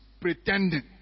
pretending